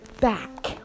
back